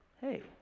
hey